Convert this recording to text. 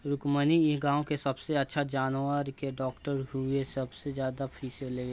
रुक्मिणी इ गाँव के सबसे अच्छा जानवर के डॉक्टर हई जे बहुत कम फीस लेवेली